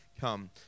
come